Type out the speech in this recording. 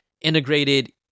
integrated